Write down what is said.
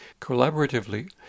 collaboratively